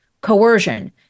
coercion